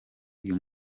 uyu